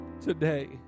today